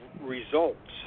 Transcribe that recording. results